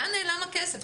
לאן נעלם הכסף?